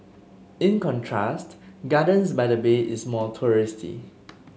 in contrast Gardens by the Bay is more touristy